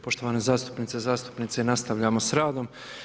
Poštovane zastupnice i zastupnici, nastavljamo s radom.